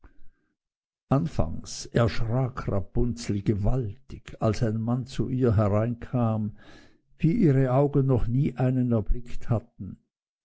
anfangs erschrak rapunzel gewaltig als ein mann zu ihr hereinkam wie ihre augen noch nie einen erblickt hatten